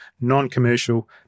non-commercial